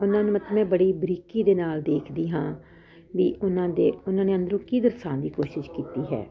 ਉਹਨਾ ਨੂੰ ਮਤਲਵ ਮੈਂ ਬੜੀ ਬਰੀਕੀ ਦੇ ਨਾਲ ਦੇਖਦੀ ਹਾਂ ਵੀ ਉਹਨਾਂ ਦੇ ਉਹਨਾਂ ਨੇ ਅੰਦਰੋਂ ਕੀ ਦਰਸਾਣ ਦੀ ਕੋਸ਼ਿਸ਼ ਕੀਤੀ ਹੈ